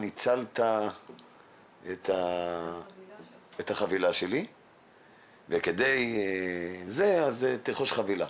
שניצלתי את החבילה שלי והאם אני רוצה לרכוש חבילה.